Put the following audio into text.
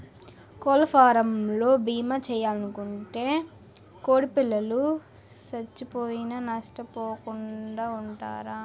కోళ్లఫారవోలు భీమా చేయించుకుంటే కోడిపిల్లలు సచ్చిపోయినా నష్టపోకుండా వుంటారు